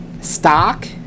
stock